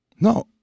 No